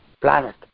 planet